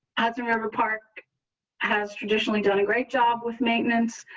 as remember park has traditionally done a great job with maintenance.